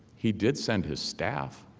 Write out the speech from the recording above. he did send his staff.